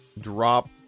Drop